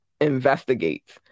investigates